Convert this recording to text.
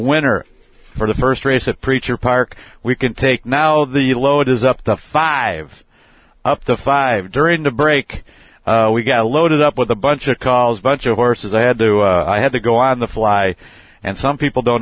winner for the first race of preacher park we can take now the load is up the five up to five during the break we get loaded up with a bunch of calls a bunch of horses i had to i had to go on the fly and some people don't